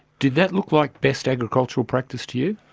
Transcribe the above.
did that look like best agricultural practice to you?